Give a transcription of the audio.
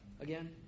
Again